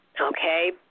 Okay